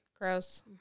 gross